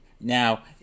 Now